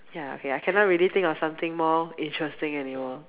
ya okay I cannot really think of something more interesting anymore